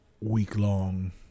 week-long